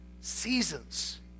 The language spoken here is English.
Seasons